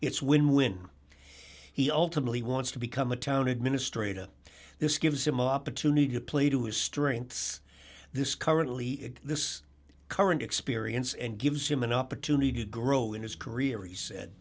it's win win he ultimately wants to become a town administrator this gives him opportunity to play to his strengths this currently in this current experience and gives him an opportunity to grow in his career he said